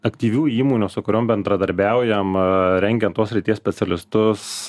aktyvių įmonių su kuriom bendradarbiaujam rengiant tos srities specialistus